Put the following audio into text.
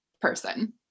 person